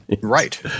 Right